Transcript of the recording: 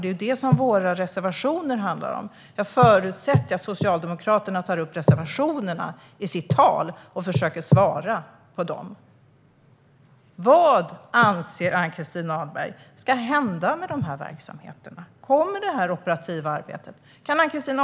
Det är det våra reservationer handlar om. Jag förutsätter att Socialdemokraterna försöker bemöta reservationerna i sitt tal. Vad anser Ann-Christin Ahlberg ska hända med dessa verksamheter? Kommer det operativa arbetet att överleva?